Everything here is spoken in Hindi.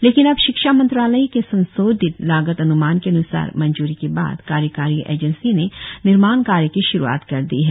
लेकिन अब शिक्षा मंत्रालय के संशोधित लागत अन्मान के अन्सार मंजूरी के बाद कार्यकारी एजेंसी ने निर्माण कार्य की श्रुआत कर दी है